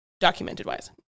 documented-wise